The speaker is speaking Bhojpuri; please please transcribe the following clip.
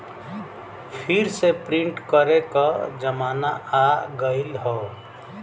फिर से प्रिंट करे क जमाना आ गयल हौ